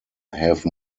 have